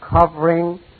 covering